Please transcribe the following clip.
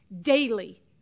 daily